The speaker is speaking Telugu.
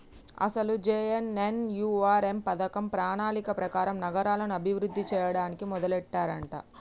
అసలు జె.ఎన్.ఎన్.యు.ఆర్.ఎం పథకం ప్రణాళిక ప్రకారం నగరాలను అభివృద్ధి చేయడానికి మొదలెట్టారంట